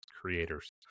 creators